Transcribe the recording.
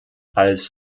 als